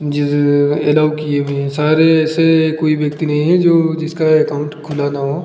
जी allow किए हुए हैं सारे ऐसे कोई व्यक्ति नहीं हैं जिसका अकाउंट खुला न हो